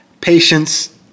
patience